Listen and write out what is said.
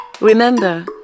Remember